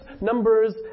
Numbers